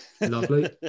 Lovely